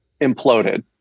imploded